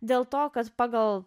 dėl to kad pagal